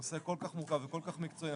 זה נושא כל כך מורכב וכל כך מקצועי.